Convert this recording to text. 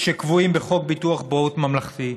שקבועים בחוק ביטוח בריאות ממלכתי.